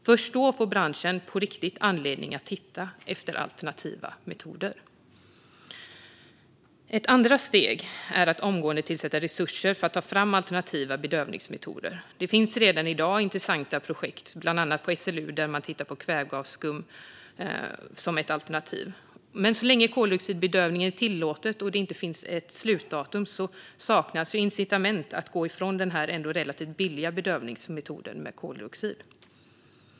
Först då får branschen på riktigt anledning att titta efter alternativa metoder. Ett andra steg är att omgående tillsätta resurser för att ta fram alternativa bedövningsmetoder. Det finns redan i dag intressanta projekt bland annat på SLU, där man tittar på kvävgasskum som ett alternativ. Så länge koldioxidbedövning är tillåtet och det inte finns ett slutdatum saknas dock incitamenten att gå ifrån den ändå relativt billiga bedövningsmetoden med koldioxid.